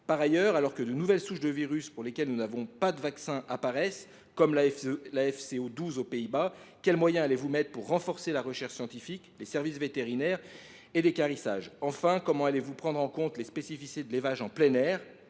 Par ailleurs, alors que de nouvelles souches de virus pour lesquelles nous n’avons pas de vaccins apparaissent, comme la FCO 12 aux Pays Bas, quels moyens allez vous mettre en œuvre pour renforcer la recherche scientifique, les services vétérinaires et l’équarrissage ? Enfin, comment allez vous prendre en compte les spécificités de l’élevage en plein air,